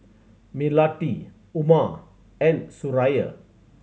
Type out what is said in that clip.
Melati Umar and Suraya